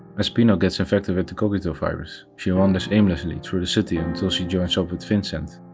as pino gets infected with the cogito virus, she wanders aimlessly through the city until she joins up with vincent.